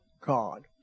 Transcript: God